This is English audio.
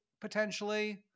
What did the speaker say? potentially